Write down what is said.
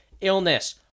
illness